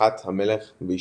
להנצחת המלך ואשתו.